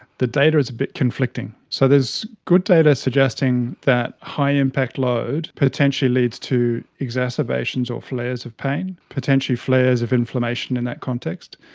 the data is a bit conflicting. so there's good data suggesting that high impact load potentially leads to exacerbations or flares of pain, potentially flares of inflammation in that context.